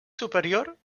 superior